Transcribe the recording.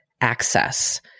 access